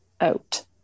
out